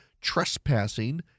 trespassing